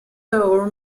door